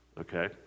Okay